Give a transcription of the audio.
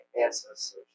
ancestors